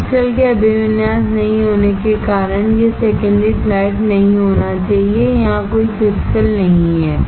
crystal के अभिविन्यास नहीं होने के कारण यह सेकेंडरी फ्लैट नहीं होना चाहिए यहां कोई क्रिस्टल नहीं है